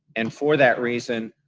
and for that reason,